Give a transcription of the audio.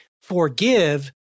forgive